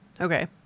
Okay